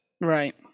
right